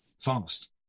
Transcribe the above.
fast